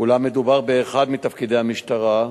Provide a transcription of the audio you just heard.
אולם מדובר באחד מתפקידי המשטרה.